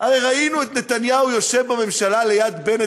הרי ראינו את נתניהו יושב בממשלה ליד בנט,